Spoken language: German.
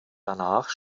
danach